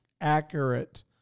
accurate